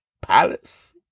palace